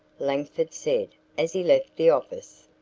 langford said as he left the office.